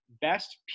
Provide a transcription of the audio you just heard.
Best